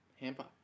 Hamper